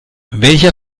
welcher